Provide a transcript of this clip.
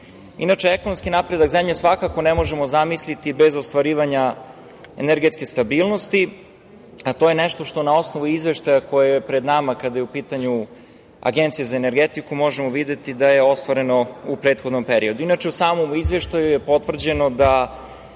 zemlje. Inače, ekonomski napredak zemlje svakako ne možemo zamisliti bez ostvarivanja energetske stabilnosti, a to je nešto što, na osnovu izveštaja koji je pred nama, kada je u pitanju Agencija za energetiku, možemo videti da je ostvareno u prethodnom periodu.U samom Izveštaju je potvrđeno da